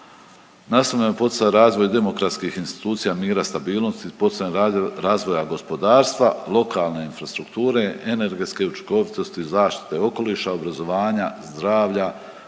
je poticat razvoj demokratskih institucija mira, stabilnosti, poticanje razvoja gospodarstva, lokalne infrastrukture, energetske učinkovitosti zaštite okoliša, obrazovanja, zdravlja,